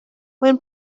when